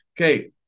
Okay